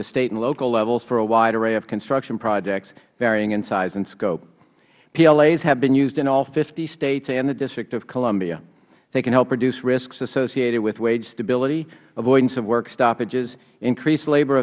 the state and local levels for a wide array of construction projects varying in size and scope plas have been used in all fifty states and the district of columbia they can help reduce risks associated with wage stability avoidance of work stoppages increase labor